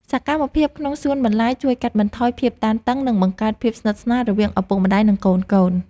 សកម្មភាពក្នុងសួនបន្លែជួយកាត់បន្ថយភាពតានតឹង និងបង្កើតភាពស្និទ្ធស្នាលរវាងឪពុកម្តាយ និងកូនៗ។